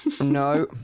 no